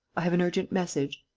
i have an urgent message.